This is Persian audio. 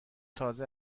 تازه